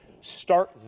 Start